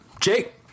Jake